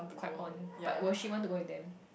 quite on but will she want to go with them